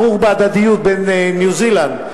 הכרוך בהדדיות עם ניו-זילנד,